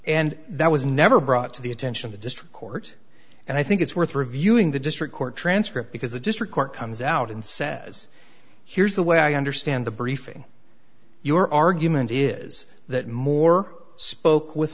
and that was never brought to the attention of the district court and i think it's worth reviewing the district court transcript because the district court comes out and says here's the way i understand the briefing your argument is that moore spoke with